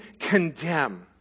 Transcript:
condemn